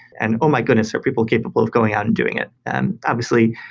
and, oh my goodness! are people capable of going on and doing it? and obviously,